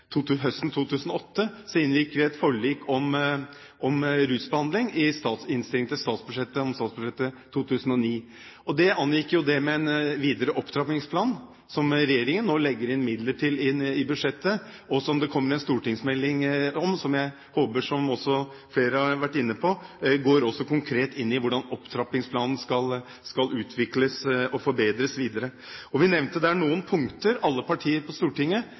det inngikk en videre opptrappingsplan, som regjeringen nå legger inn midler til i budsjettet, og som det kommer en stortingsmelding om, som jeg håper, som også flere har vært inne på, går konkret inn i hvordan opptrappingsplanen skal utvikles og forbedres videre. Vi nevnte noen punkter, alle partiene på Stortinget,